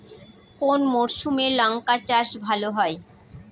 কোন মরশুমে লঙ্কা চাষ ভালো হয়?